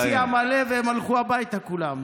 היה לנו פה יציע מלא, והם הלכו הביתה כולם.